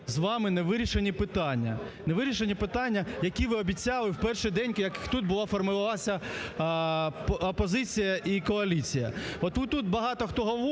питання. Невирішені питання, які ви обіцяли в перший день, як тут була формувалася опозиція і коаліція. Отут багато хто говорить,